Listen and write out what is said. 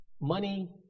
Money